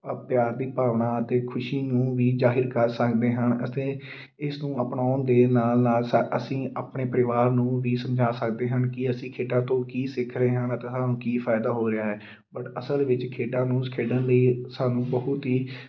ਭਵ ਪਿਆਰ ਦੀ ਭਾਵਨਾ ਅਤੇ ਖੁਸ਼ੀ ਨੂੰ ਵੀ ਜ਼ਾਹਰ ਕਰ ਸਕਦੇ ਹਨ ਅਤੇ ਇਸਨੂੰ ਅਪਣਾਉਣ ਦੇ ਨਾਲ਼ ਨਾਲ਼ ਸਾ ਅਸੀਂ ਆਪਣੇ ਪਰਿਵਾਰ ਨੂੰ ਵੀ ਸਮਝਾ ਸਕਦੇ ਹਨ ਕਿ ਅਸੀਂ ਖੇਡਾਂ ਤੋਂ ਕੀ ਸਿੱਖ ਰਹੇ ਹਨ ਤਾਂ ਸਾਨੂੰ ਕੀ ਫਾਇਦਾ ਹੋ ਰਿਹਾ ਹੈ ਬਟ ਅਸਲ ਵਿੱਚ ਖੇਡਾਂ ਨੂੰ ਖੇਡਣ ਲਈ ਸਾਨੂੰ ਬਹੁਤ ਹੀ